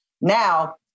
Now